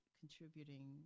contributing